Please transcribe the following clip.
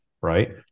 right